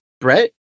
Brett